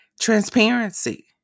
transparency